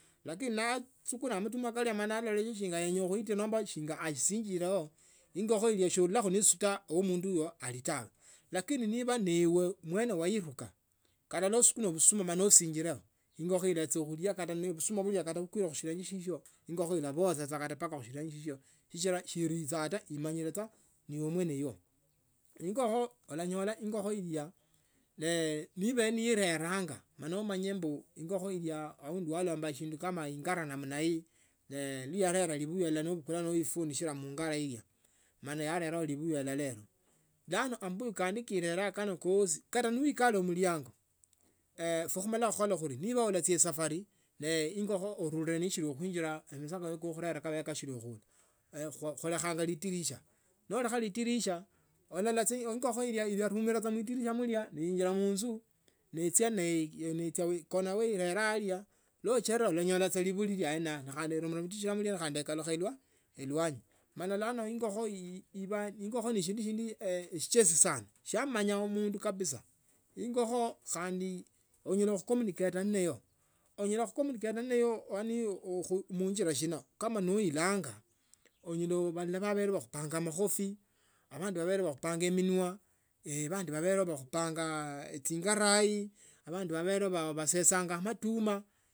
Lakini naasukila matuma kalio naalole shinga yenye khuitikha shingila achisingileo ingokho soonyela neisuta omundi alio tawe lakini niba niwe niwne wainika mala noosukuma busuma nosinjileo ingokho ilachia khulia kata yene kata busuma bube bukwile mushilenge shishyo shikila shiricha ta imanyile tsa nibe mweneyo. Ingokho u lanyola ingokho ilya niba nibenee ne ilaranga mala umanye ingokho ilya aundi walomba shindu aundi ing’ara namna hii ne yalera libuyu lilala ilo, bulano amabuyu kandi kerela kano kosi kata noikale mlango ifwe khumalo khukhola khusi nibola echie khusafari ne ingokho urule no ishila khuinjiro masaa kawe khorela kashili khuola khulekha lidirisha nolekha lidirisha olola saa ingokho, ingokho ilarumola saa mudirisha neinjira munzu nechia, nechia ikonamo ilera alya nocherera ulanyola saa libuyu lili aene ayo khandi urumira atiti ao khundi ekalukha elwany mala lano ingokho ino, ingokho neshindu shindu esichesi sana siamanya omundu kabisa ingokho khandi onyala kucommunicatia nayo yaani khu bakhupa makofi, abanda babele bakhupanga mnwa, bandi babele bakhupanga ching’arai abandi babele basesanga amatuma.